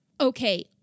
Okay